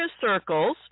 circles